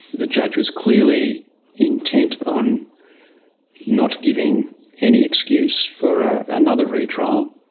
the judge was clearly intent on not giving any excuse for another re-trial.